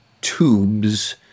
tubes